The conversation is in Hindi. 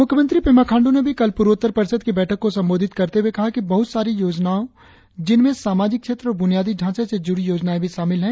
मुख्यमंत्री पेमा खांड्र ने भी कल पूर्वोत्तर परिषद की बैठक को संबोधित करते हुए कहा कि बहुत सारी योजनाओं जिनमें सामाजिक क्षेत्र और बुनियादी ढांचे से जुड़ी योजनाएं भी शामिल है